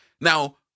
Now